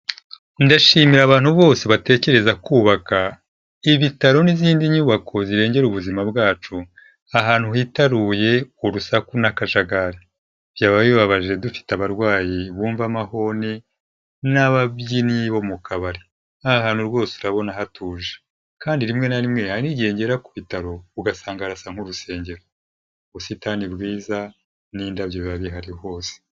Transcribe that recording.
Ndashimira abantu bose batekereza kubaka ibitaro n'izindi nyubako zirengera ubuzima bwacu, ahantu hitaruye urusaku n'akajagari, byaba bibabaje dufite abarwayi bumva amahoni n'ababyinnyi bo mu kabari, ahantu rwose urabona hatuje kandi rimwe na rimwe hari n'igihe ngera ku bitaro, ugasanga harasa nk'urusengero, ubusitani bwiza n'indabyo biba bihari hose.